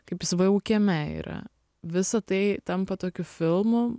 kaip jis vu kieme yra visa tai tampa tokiu filmu